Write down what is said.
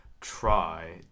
try